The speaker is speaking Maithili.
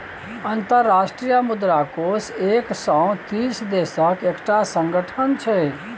अंतर्राष्ट्रीय मुद्रा कोष एक सय तीस देशक एकटा संगठन छै